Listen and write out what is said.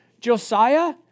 Josiah